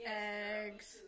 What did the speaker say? eggs